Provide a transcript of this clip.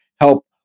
help